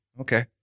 Okay